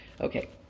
okay